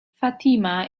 fatima